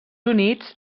units